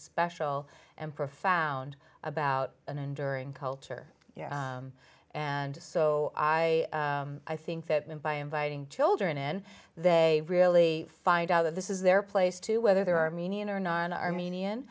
special and profound about an enduring culture and so i i think that when by inviting children in they really find out that this is their place to whether they're armenian or non armenian